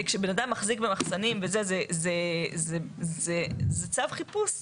כשבן אדם מחזיק במחסנים וזה, זה צו חיפוש.